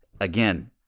again